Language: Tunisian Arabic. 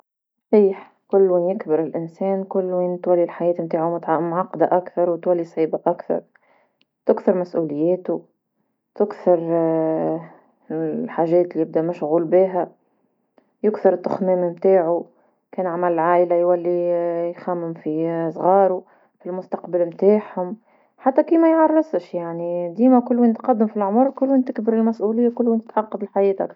صحيح كل ما يكبر الإنسان كل تولي حياة متاعو متعقدة أكثر وتولي صعيبة أكثر، تكثر مسؤولياتو. تكثر الحاجات لي بدا مشغول بيها، يكثر التخمام متاعو كان عمل عايلة يولي يخمم في صغارو في المستقبل نتاعهم، حتى كيما يعرفش يعني ديما كل وين تقدم في العمر وكل وين تكبر المسؤولية وكل وين تعقد الحياة أكثر.